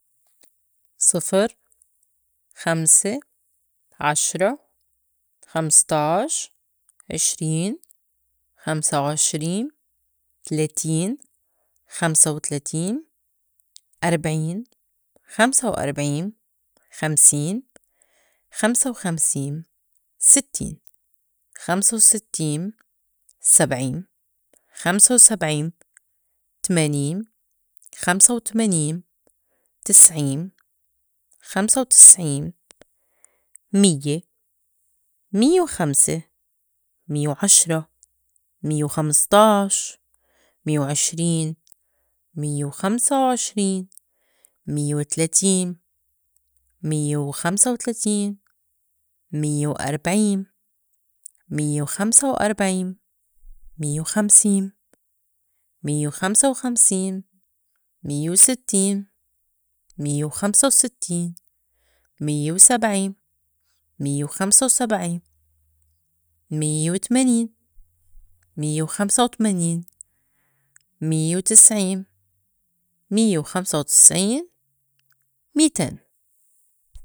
صفر، خمسة، عشرة، خمسْ طاعش، عشرين، خمسة وعشرين، تلاتين، خمسة وتلاتين، أربعين، خمسة وأربعين، خمسين، خمسة وخمسين، ستّين، خمسة وستّين، سبعين، خمسة وسبعين، تمانين، خمسة وتمانين، تسعين، خمسة وتسعين، ميّة، ميّة وخمسة، ميّة وعشرة، ميّة وخمسْ طاعش، ميّة وعشرين، ميّة وخمسة وعشرين، ميّة وتلاتين، ميّة وخمسة وتلاتين، ميّة وأربعين، ميّة وخمسة وأربعين، ميّة وخمسين، ميّة وخمسة وخمسين، ميّة وستّين، ميّة وخمسة وستّين، ميّة وسبعين، ميّة وخمسة وسبعين، ميّة وتمانين، ميّة وخمسة وتمانين، ميّة وتسعين، ميّة وخمسة وتسعين، ميتين.